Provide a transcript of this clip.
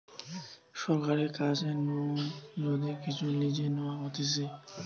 সরকারের কাছ নু যদি কিচু লিজে নেওয়া হতিছে